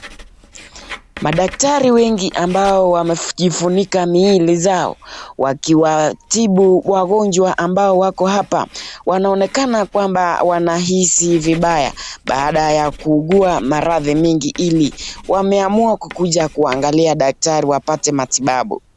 Madaktari wengi ambao wamejifunika miili zao, wakiwatibu wagonjwa ambao wako hapa, wanaonekana kwamba wanaihizi vibaya baada ya kuugua maradhi mingi ili wameamua kuangalia daktari ili wapate matibabu.